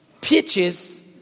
peaches